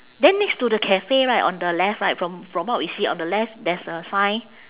then next to the cafe right on the left right from from what we see on the left there's a sign